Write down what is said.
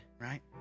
right